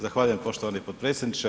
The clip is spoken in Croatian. Zahvaljujem poštovani potpredsjedniče.